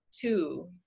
two